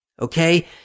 okay